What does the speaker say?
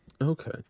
okay